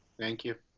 thank you.